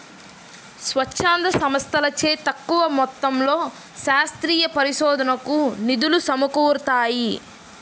స్వచ్ఛంద సంస్థలచే తక్కువ మొత్తంలో శాస్త్రీయ పరిశోధనకు నిధులు సమకూరుతాయి